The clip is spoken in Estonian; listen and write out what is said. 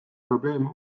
probleem